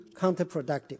counterproductive